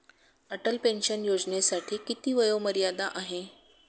Atal pension योजनेसाठी किती वयोमर्यादा आहे?